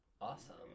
Awesome